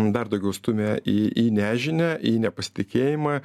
dar daugiau stumia į į nežinią į nepasitikėjimą